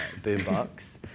Boombox